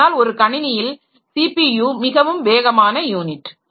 அதனால் ஒரு கணினியில் சிபியு மிகவும் வேகமான யூனிட்